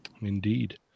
Indeed